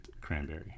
cranberry